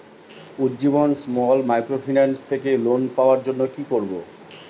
Ujjivan small microfinance থেকে loan পাওয়ার জন্য কি করব?